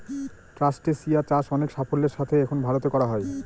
ট্রাস্টেসিয়া চাষ অনেক সাফল্যের সাথে এখন ভারতে করা হয়